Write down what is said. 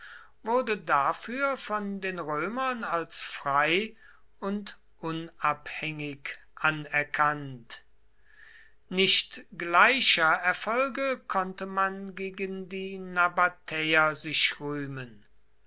wurde dafür von den römern als frei und unabhängig anerkannt nicht gleicher erfolge konnte man gegen die nabatäer sich rühmen